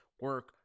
Work